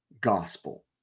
gospel